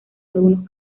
algunos